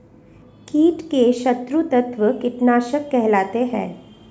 कीट के शत्रु तत्व कीटनाशक कहलाते हैं